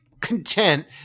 content